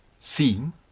seeing